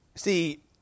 See